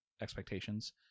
expectations